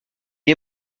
est